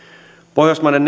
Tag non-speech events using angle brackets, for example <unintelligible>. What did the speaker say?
pohjoismaiden <unintelligible>